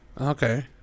Okay